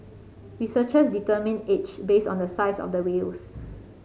researchers determine age based on the size of the whales